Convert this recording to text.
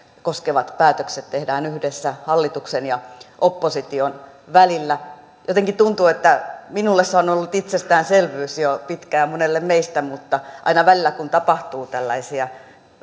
koskevat päätökset tehdään yhdessä hallituksen ja opposition välillä jotenkin tuntuu että minulle se on ollut itsestäänselvyys jo pitkään ja monelle meistä mutta aina välillä kun tapahtuu tällaisia